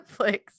Netflix